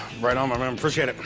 right on, my man. appreciate it.